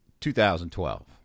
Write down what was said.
2012